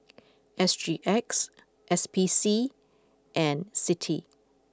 S G X S P C and Citi